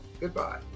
goodbye